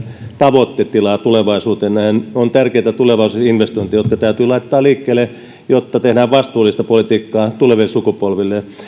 tavoitetilaa tulevaisuuteen nähden on tärkeitä tulevaisuusinvestointeja jotka täytyy laittaa liikkeelle jotta tehdään vastuullista politiikkaa tuleville sukupolville